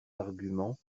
arguments